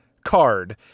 card